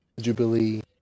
Jubilee